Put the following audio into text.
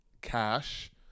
cash